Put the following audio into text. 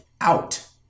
out